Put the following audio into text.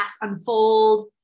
unfold